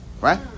Right